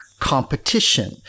Competition